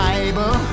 Bible